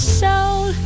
soul